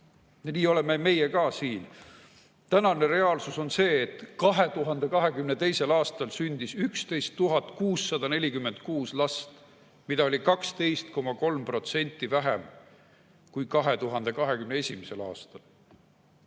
Nii ka meie siin. Tänane reaalsus on see, et 2022. aastal sündis 11 646 last, mida oli 12,3% vähem kui 2021. aastal.